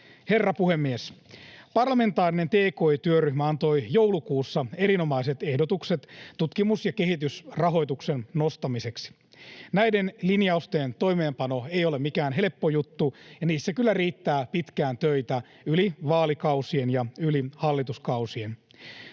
Herra puhemies! Parlamentaarinen tki-työryhmä antoi joulukuussa erinomaiset ehdotukset tutkimus- ja kehitysrahoituksen nostamiseksi. Näiden linjausten toimeenpano ei ole mikään helppo juttu, ja niissä kyllä riittää pitkään töitä yli vaalikausien ja yli hallituskausien.